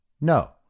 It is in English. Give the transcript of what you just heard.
No